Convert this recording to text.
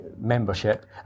membership